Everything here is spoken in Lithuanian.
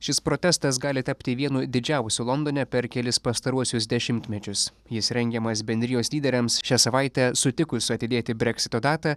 šis protestas gali tapti vienu didžiausių londone per kelis pastaruosius dešimtmečius jis rengiamas bendrijos lyderiams šią savaitę sutikus atidėti breksito datą